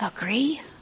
Agree